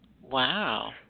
wow